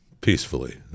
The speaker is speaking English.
peacefully